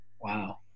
Wow